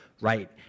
right